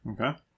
Okay